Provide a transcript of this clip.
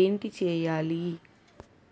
ఏంటి చేయాలి?